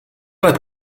let